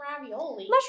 ravioli